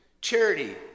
charity